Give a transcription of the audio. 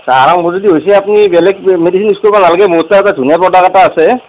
আৰম্ভ যদি হৈছে আপ্নি বেলেগ মেডিচিন ইউজ কৰ্বা নালগে মোৰ তাত এটা ধুনীয়া প্ৰডাক্ট এটা আছে